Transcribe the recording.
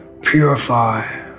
purify